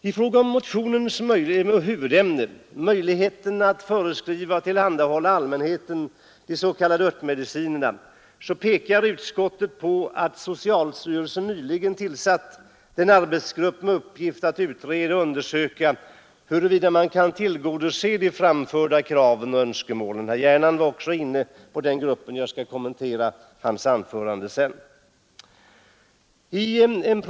I fråga om motionens huvudämne, möjligheterna att förskriva och tillhandahålla allmänheten de s.k. örtmedicinerna, pekar utskottet på att socialstyrelsen nyligen tillsatt en arbetsgrupp med uppgift att utreda och undersöka huruvida man kan tillgodose de framförda kraven och önskemålen. Herr Gernandt var också inne på den punkten; jag skall kommentera hans anförande om en stund.